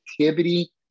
activity